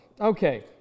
Okay